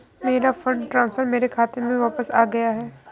मेरा fund transfer मेरे खाते में वापस आ गया है